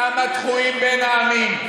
כמה דחויים בין העמים,